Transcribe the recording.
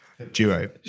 duo